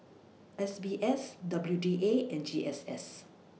S B S W D A and G S S